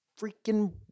freaking